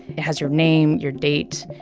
it has your name, your date.